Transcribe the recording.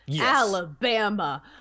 Alabama